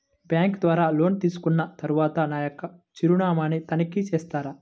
Bank ద్వారా loan తీసుకున్న తరువాత నా యొక్క చిరునామాని తనిఖీ చేస్తారా?